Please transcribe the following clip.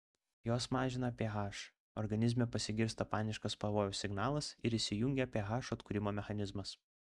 jos mažina ph organizme pasigirsta paniškas pavojaus signalas ir įsijungia ph atkūrimo mechanizmas